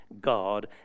God